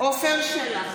עפר שלח,